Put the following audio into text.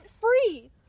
free